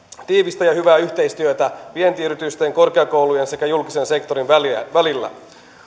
tiivistä ja hyvää yhteistyötä vientiyritysten korkeakoulujen sekä julkisen sektorin välillä välillä